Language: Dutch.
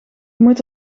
moet